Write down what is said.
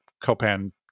copan